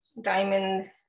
diamond